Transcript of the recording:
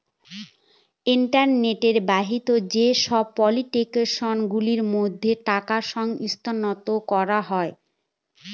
internet বাহিত যেসব application গুলোর মাধ্যমে টাকা স্থানান্তর করা হয়